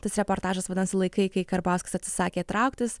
tas reportažas vadinasi laikai kai karbauskis atsisakė trauktis